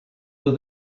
were